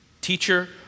Teacher